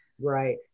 right